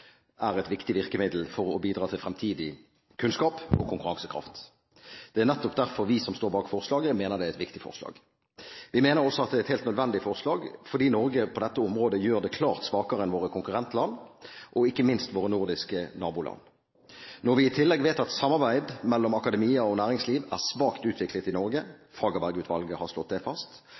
er et viktig virkemiddel for å bidra til fremtidig kunnskap og konkurransekraft. Det er nettopp derfor vi som står bak forslaget, mener det er et viktig forslag. Vi mener også at det er et helt nødvendig forslag, fordi Norge på dette området gjør det klart svakere enn våre konkurrentland og ikke minst våre nordiske naboland. Når vi i tillegg vet at samarbeid mellom akademia og næringsliv er svakt utviklet i Norge – Fagerberg-utvalget har slått det fast